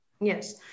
yes